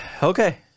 Okay